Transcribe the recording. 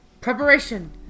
preparation